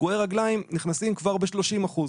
פגועי רגליים נכנסים כבר ב-30 אחוזים.